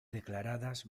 declaradas